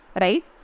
right